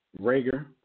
Rager